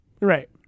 Right